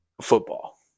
football